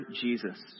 Jesus